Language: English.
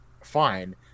fine